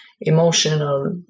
emotional